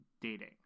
dating